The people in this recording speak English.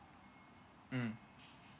mm